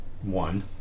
one